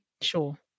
Sure